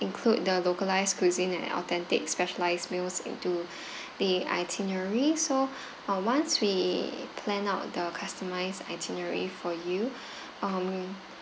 include the localized cuisine and authentic specialized meals into the itinerary so uh once we plan out the customized itinerary for you um